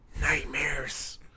Nightmares